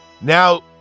now